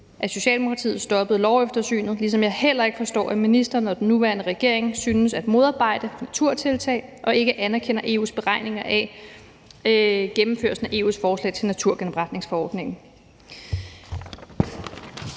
at Socialdemokratiet stoppede loveftersynet, ligesom jeg heller ikke forstår, at ministeren og den nuværende regering synes at modarbejde naturtiltag og ikke anerkender EU's beregninger af gennemførslen af EU's forslag til naturgenopretningsforordningen.